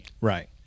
Right